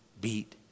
beat